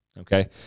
okay